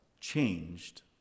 changed